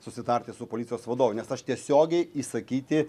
susitarti su policijos vadovu nes aš tiesiogiai įsakyti